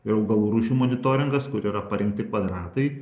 ir augalų rūšių monitoringas kur yra parengti kvadratai